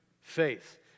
faith